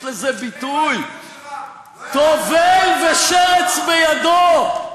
יש לזה ביטוי: טובל ושרץ בידו.